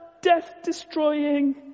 death-destroying